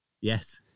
Yes